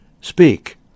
speak